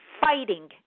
fighting